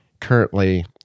currently